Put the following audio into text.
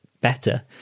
better